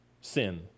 sin